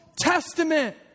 Testament